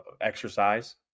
exercise